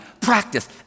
practice